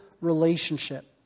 relationship